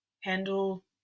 handle